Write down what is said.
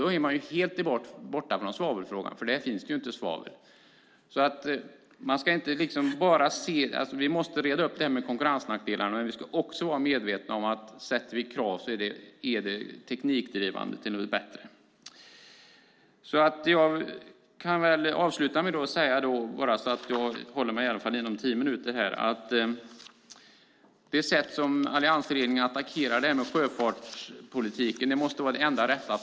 Då kommer man helt bort från svavelfrågan eftersom det inte finns svavel i detta bränsle. Vi måste reda ut konkurrensnackdelarna. Men vi ska också vara medvetna om att om vi ställer krav är det teknikdrivande till det bättre. Det sätt som alliansregeringen attackerar sjöfartspolitiken måste vara det enda rätta.